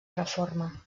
reforma